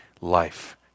life